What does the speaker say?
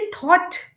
thought